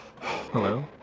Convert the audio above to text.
Hello